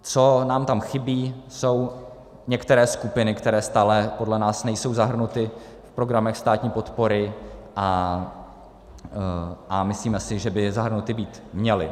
Co nám tam chybí, jsou některé skupiny, které podle nás nejsou zahrnuty v programech státní podpory, a myslíme si, že by zahrnuty být měly.